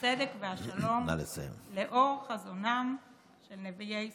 הצדק והשלום לאור חזונם של נביאי ישראל".